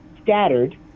scattered